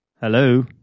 Hello